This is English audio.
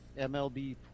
MLB